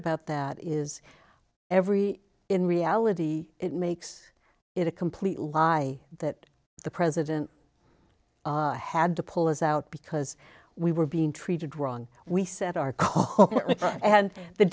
about that is every in reality it makes it a complete lie that the president had to pull us out because we were being treated wrong we set our cars and the